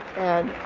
and,